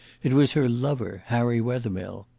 it was her lover, harry wethermill.